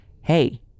hey